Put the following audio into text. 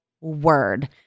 word